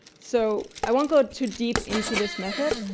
so i won't go too deep into this method,